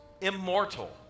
immortal